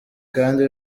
kandi